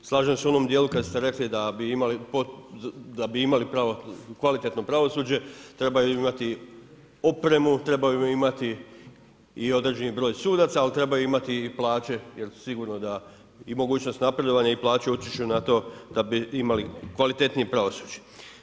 I slažem se u onom dijelu kada ste rekli da bi imali pravo, kvalitetno pravosuđe, trebaju imati opremu, trebaju imati i određeni broj sudaca ali trebaju imati i plaće jer sigurno da, i mogućnost napredovanja i plaće utječu na to da bi imali kvalitetnije pravosuđe.